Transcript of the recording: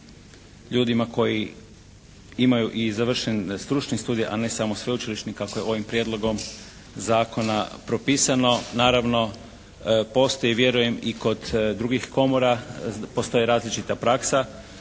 ljudima koji imaju i završen stručni studij a ne samo sveučilišni kako je ovim prijedlogom zakona propisano. Naravno postoji i vjerujem i kod drugih komora postoji različita praksa.